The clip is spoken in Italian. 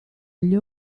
gli